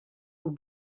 aux